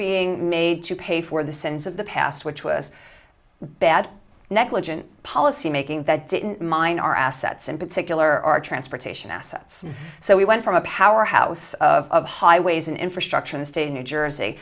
being made to pay for the sins of the past which was bad negligent policy making that didn't mine our assets in particular our transportation assets so we went from a powerhouse of highways and infrastructure in the state of new jersey